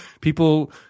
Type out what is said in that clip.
People